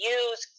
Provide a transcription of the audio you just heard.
use